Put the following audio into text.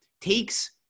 Takes